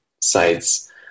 sites